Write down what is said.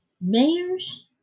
mayors